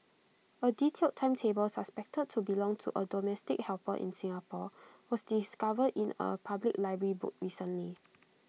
A detailed timetable suspected to belong to A domestic helper in Singapore was discovered in A public library book recently